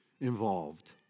involved